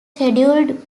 scheduled